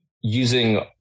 using